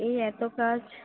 এই এত কাজ